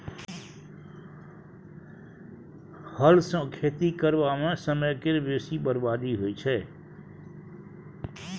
हल सँ खेती करबा मे समय केर बेसी बरबादी होइ छै